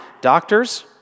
Doctors